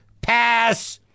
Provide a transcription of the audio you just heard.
pass